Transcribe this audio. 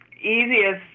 easiest